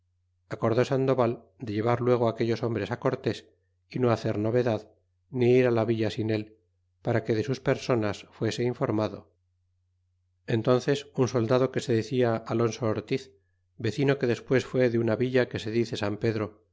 cuba acorde sandoval de llevar luego aquellos hombres cortés y no hacer novedad ni ir la villa sin él para que de sus personas fuese informado y entúnces un soldado que se decía alonso ortiz vecino que despues fue de una villa que se dice san pedro